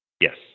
Yes